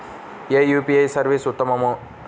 ఏ UPI service ఉత్తమము?